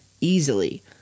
easily